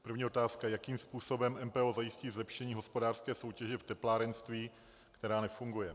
První otázka: Jakým způsobem MPO zajistí zlepšení hospodářské soutěže v teplárenství, která nefunguje?